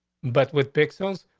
but with pixels.